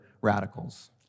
radicals